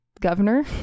governor